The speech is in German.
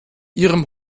ihrem